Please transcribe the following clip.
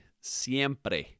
siempre